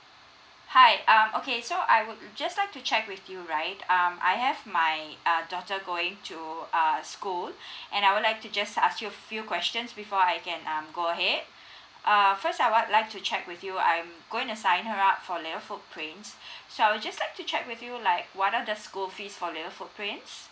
hi um okay so I would just like to check with you right um I have my err daughter going to uh school and I would like to just ask you a few questions before I can um go ahead err first I wan like to check with you I'm going to sign her up for little footprints so I'll just like to check with you like what are the school fees for little footprints